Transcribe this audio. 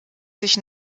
sich